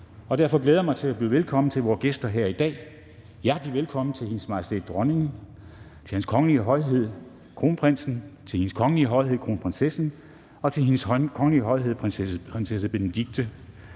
og derfor glæder jeg mig til at byde velkommen til vore gæster her i dag. Hjertelig velkommen til Hendes Majestæt Dronningen, til Hans Kongelige Højhed Kronprinsen, til Hendes Kongelige Højhed Kronprinsessen og til Hendes Kongelige Højhed Prinsesse Benedikte.